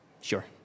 Sure